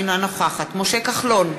אינה נוכחת משה כחלון,